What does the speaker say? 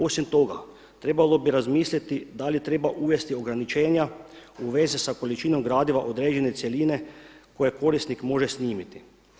Osim toga, trebalo bi razmisliti da li treba uvesti ograničenja u vezi sa količinom gradiva određene cjeline koje korisnik može snimiti.